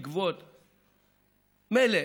מילא.